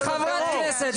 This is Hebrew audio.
היא חברת כנסת,